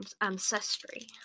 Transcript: ancestry